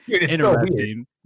interesting